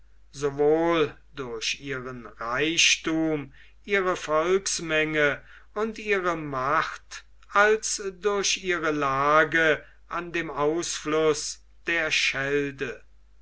sowohl durch ihren reichthum ihre volksmenge und ihre macht als durch ihre lage an dem ausfluß der schelde